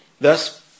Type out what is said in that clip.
Thus